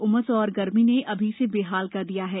उमस और गर्मी ने अभी से बेहाल कर दिया है